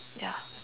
ya